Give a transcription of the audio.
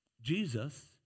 Jesus